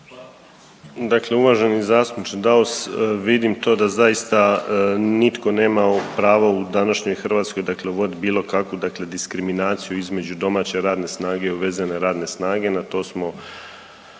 (HDZ)** Dakle uvaženi zastupniče Daus, vidim to da zaista nitko nema pravo u današnjoj Hrvatskoj dakle uvodit bilo kakvu dakle diskriminaciju između domaće radne snage i uvezene radne snage. Na to smo